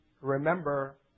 remember